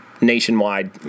nationwide